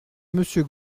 monsieur